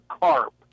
carp